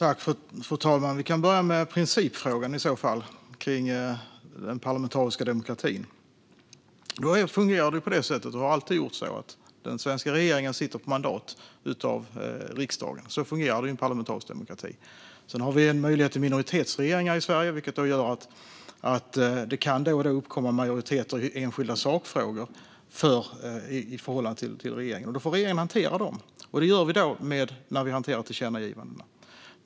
Fru talman! Vi kan börja med principfrågan om den parlamentariska demokratin. Den fungerar på det sättet, och har alltid gjort så, att den svenska regeringen sitter på mandat av riksdagen. Så fungerar det i en parlamentarisk demokrati. Sedan har vi en möjlighet till minoritetsregeringar i Sverige, vilket gör att det då och då kan uppkomma majoriteter i enskilda sakfrågor i förhållande till regeringen. Då får regeringen hantera dem, och det gör man när man hanterar tillkännagivandena.